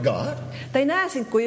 God